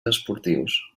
esportius